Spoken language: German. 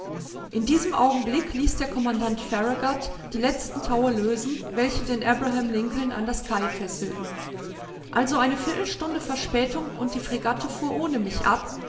in diesem augenblick ließ der commandant farragut die letzten taue lösen welche den abraham lincoln an das quai fesselten also eine viertelstunde verspätung und die fregatte fuhr ohne mich ab